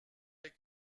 les